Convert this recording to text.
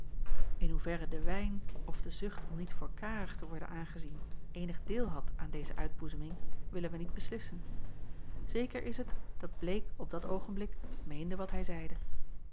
in hoeverre de wijn of de zucht om niet voor karig te worden aangezien eenig deel had aan deze uitboezeming willen wij niet beslissen zeker is het dat bleek op dat oogenblik meende wat hij zeide